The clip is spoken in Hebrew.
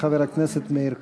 חבר הכנסת מאיר כהן.